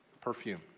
perfume